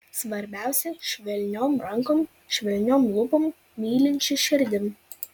svarbiausia švelniom rankom švelniom lūpom mylinčia širdim